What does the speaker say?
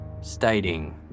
stating